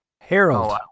Harold